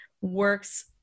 works